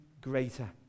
greater